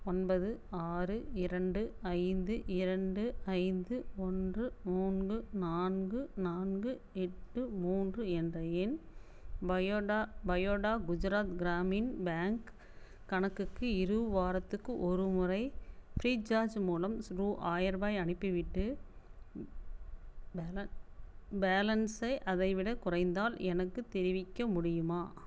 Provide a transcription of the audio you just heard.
ஒன்பது ஆறு இரண்டு ஐந்து இரண்டு ஐந்து ஒன்று மூணு நான்கு நான்கு எட்டு மூன்று என்ற என் பயோடா குஜராத் க்ராமின் பேங்க் கணக்குக்கு இரு வாரத்துக்கு ஒருமுறை ஃப்ரீசார்ஜ் மூலம் ரூபா ஆயரரூபாய் அனுப்பிவிட்டு பேலன்ஸ் அதைவிடக் குறைந்தால் எனக்குத் தெரிவிக்க முடியுமா